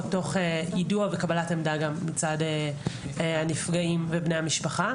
תוך יידוע וקבלת עמדה גם מצד הנפגעים ובני המשפחה,